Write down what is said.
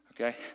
okay